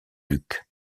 duc